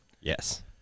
Yes